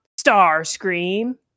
Starscream